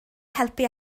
helpu